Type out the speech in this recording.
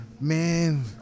Man